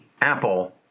apple